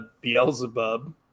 beelzebub